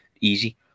Easy